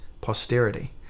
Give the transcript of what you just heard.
posterity